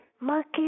Monkey